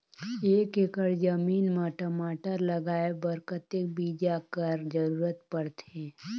एक एकड़ जमीन म टमाटर लगाय बर कतेक बीजा कर जरूरत पड़थे?